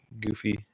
goofy